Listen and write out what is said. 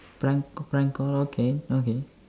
prank prank call okay okay